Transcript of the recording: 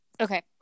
Okay